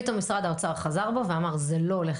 פתאום משרד האוצר חזר בו ואמר שזה לא הולך